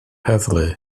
heddlu